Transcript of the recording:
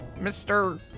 Mr